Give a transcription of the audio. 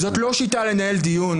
חבר הכנסת יוראי להב,